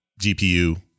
GPU